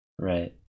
Right